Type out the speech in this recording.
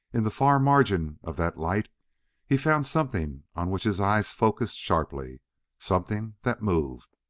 in the far margin of that light he found something on which his eyes focused sharply something that moved!